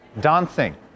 dancing